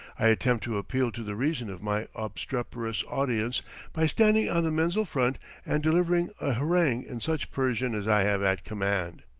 i attempt to appeal to the reason of my obstreperous audience by standing on the menzil front and delivering a harangue in such persian as i have at command.